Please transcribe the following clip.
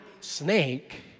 snake